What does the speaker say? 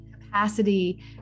capacity